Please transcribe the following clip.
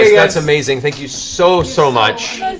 yeah that's amazing. thank you so, so much.